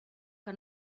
que